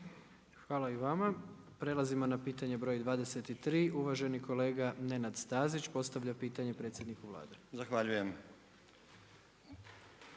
Hvala i vama. Prelazimo na pitanje broj 23. uvaženi kolega Nenad Stazić postavlja pitanje predsjedniku Vlade. **Stazić,